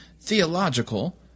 theological